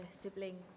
siblings